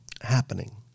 happening